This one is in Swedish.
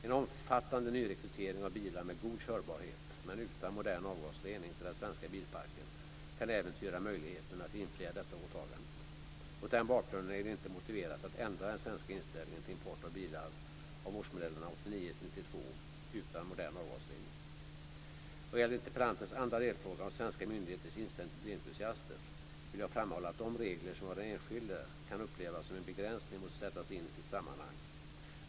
En omfattande nyrekrytering av bilar med god körbarhet men utan modern avgasrening till den svenska bilparken kan äventyra möjligheterna att infria dessa åtaganden. Mot den bakgrunden är det inte motiverat att ändra den svenska inställningen till import av bilar av årsmodellerna 1989-1992 utan modern avgasrening. Vad gäller interpellantens andra delfråga - om svenska myndigheters inställning till bilentusiaster - vill jag framhålla att de regler som av den enskilde kan upplevas som en begränsning måste sättas in i sitt sammanhang.